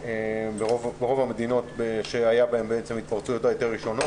ברוב המדינות שהיו בהן ההתפרצויות הראשונות יותר,